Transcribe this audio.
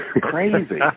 crazy